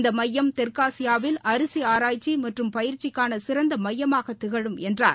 இந்த மையம் தெற்காசியாவில் அரிசி ஆராய்ச்சி மற்றும் பயிற்சிக்கான சிறந்த மையமாக திகழும் என்றார்